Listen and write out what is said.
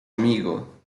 amigo